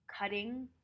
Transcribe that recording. cutting